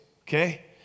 okay